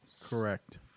Correct